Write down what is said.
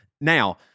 Now